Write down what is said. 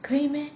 可以 meh